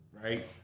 Right